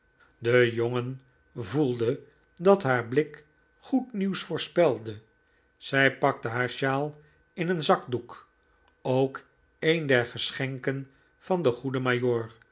de jongen voelde dat haar blik goed nieuws voorspelde zij pakte haar sjaal in een zakdoek ook een der geschenken van den goeden